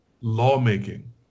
lawmaking